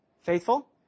faithful